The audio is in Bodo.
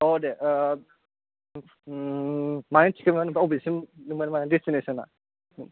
आव दे आह मानि टिकेटमोन बबेसिम माने डेस्टिनेसन आ